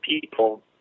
people